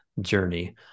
journey